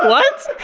what?